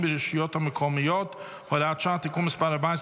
ברשויות המקומיות (הוראת שעה) (תיקון מס' 14),